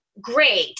great